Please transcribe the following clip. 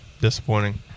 Disappointing